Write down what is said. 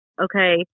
okay